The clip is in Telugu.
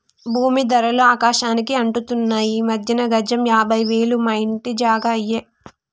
భూమీ ధరలు ఆకాశానికి అంటుతున్నాయి ఈ మధ్యన గజం యాభై వేలు మా ఇంటి జాగా అయ్యే